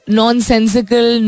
nonsensical